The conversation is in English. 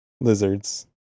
lizards